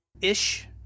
ish